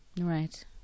Right